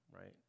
right